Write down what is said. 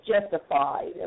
justified